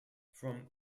from